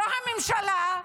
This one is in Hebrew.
לא הממשלה,